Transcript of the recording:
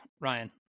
Ryan